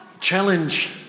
challenge